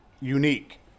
unique